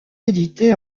édité